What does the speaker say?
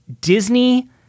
Disney